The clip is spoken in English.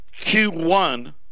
Q1